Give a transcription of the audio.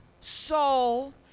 soul